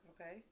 okay